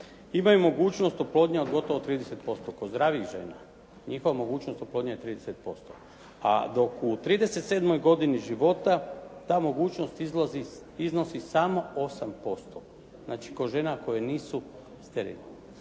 imaju mogućnost oplodnje od gotovo 30% kod zdravih žena, njihova mogućnost oplodnje je 30% a dok u 37. godini života ta mogućnost iznosi samo 8%, znači kod žena koje nisu sterilne,